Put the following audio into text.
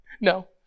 No